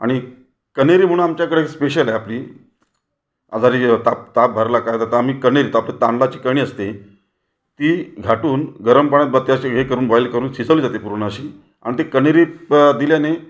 आणि कणेरी म्हणून आमच्याकडे स्पेशल आहे आपली आजारी य ताप ताप भरला का तर आम्ही कणेरी तर आपलं तांदळाची कणी असते ती घाटून गरम पाण्यात ब ते असे हे करून बॉईल करून शिजवली जाते पूर्ण अशी आणि ते कणेरी प दिल्याने